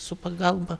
su pagalba